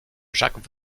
jacques